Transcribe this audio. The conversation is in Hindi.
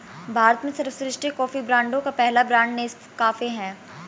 भारत में सर्वश्रेष्ठ कॉफी ब्रांडों का पहला ब्रांड नेस्काफे है